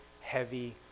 heavy